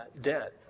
debt